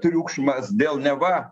triukšmas dėl neva